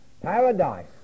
paradise